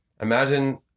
imagine